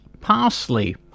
Parsley